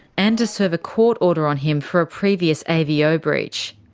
and to serve a court order on him for a previous avo breach.